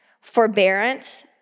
forbearance